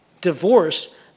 divorce